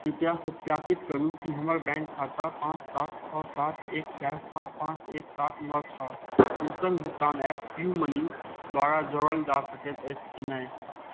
कृपया सत्यापित करू कि हमर बैँक खाता पाँच सात छओ सात एक चारि पाँच पाँच एक सात नओ छओ डिजिटल भुगतान एप पेयू मनी द्वारा जोड़ल जा सकैत अछि कि नहि